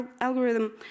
algorithm